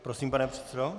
Prosím, pane předsedo.